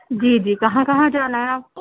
جی جی کہاں کہاں جانا ہے آپ کو